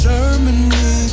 Germany